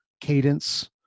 cadence